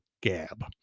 Gab